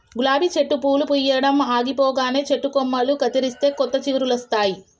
గులాబీ చెట్టు పూలు పూయడం ఆగిపోగానే చెట్టు కొమ్మలు కత్తిరిస్తే కొత్త చిగురులొస్తాయి